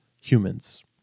humans